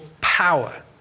power